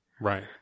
right